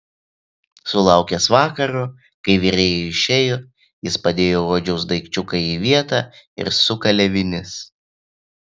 sulaukęs vakaro kai virėja išėjo jis padėjo odžiaus daikčiuką į vietą ir sukalė vinis